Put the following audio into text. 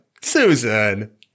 Susan